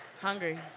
Hungry